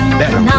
better